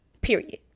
period